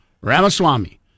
Ramaswamy